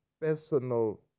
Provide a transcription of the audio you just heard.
personal